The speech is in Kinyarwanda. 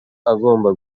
agomba